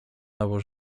nowo